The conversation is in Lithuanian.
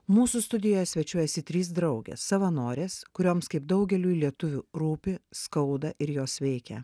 mūsų studijoje svečiuojasi trys draugės savanorės kurioms kaip daugeliui lietuvių rūpi skauda ir jos veikia